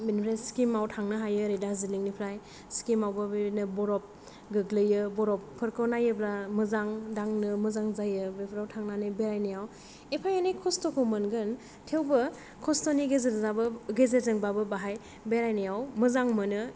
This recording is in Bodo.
बिनिफ्राय सिक्किमाव थांनो हायो ओरै दारज्लिंनिफ्राय सिक्किमावबो बेबायदिनो बरफ गोग्लैयो बरफफोरखौ नायोब्ला मोजां दांनो मोजां जायो बेफ्राव थांनानै बेरायनायाव एफा एनै खस्त'खौ मोनगोन थेवबो खस्थ'नि गेजेरजोंबा गेजेरजोंबाबो बाहाय बेरायनायाव मोजां मोनो